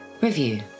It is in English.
review